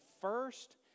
first